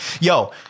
Yo